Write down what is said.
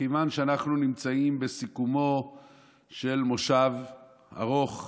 מכיוון שאנחנו נמצאים בסיכומו של מושב ארוך,